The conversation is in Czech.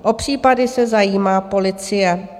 O případy se zajímá policie.